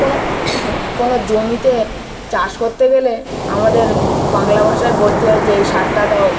কোনো কোনো জমিতে চাষ করতে গেলে আমাদের বাংলা ভাষায় বলতে হয় যে এই সারটা দাও